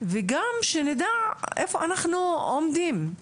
וגם שנדע איפה אנחנו עומדים.